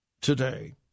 today